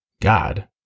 God